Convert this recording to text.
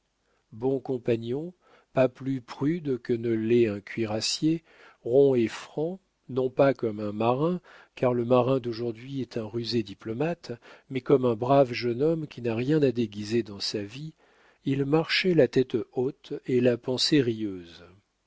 bon compagnon pas plus prude que ne l'est un cuirassier rond et franc non pas comme un marin car le marin d'aujourd'hui est un rusé diplomate mais comme un brave jeune homme qui n'a rien à déguiser dans sa vie il marchait la tête haute et la pensée rieuse